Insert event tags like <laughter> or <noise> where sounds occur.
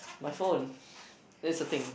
my phone <breath> that's the thing